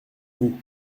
vous